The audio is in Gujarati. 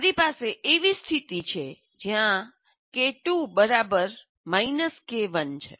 મારી પાસે એવી સ્થિતિ છે કે જ્યાં K2 બરાબર K1 છે